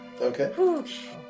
Okay